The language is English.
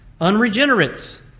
unregenerates